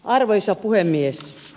arvoisa puhemies